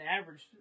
average